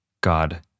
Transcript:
God